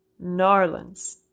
Narlands